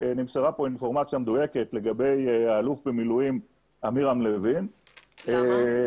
שנמסרה פה אינפורמציה מדויקת לגבי האלוף במילואים עמירם לוין --- למה?